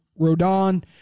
Rodon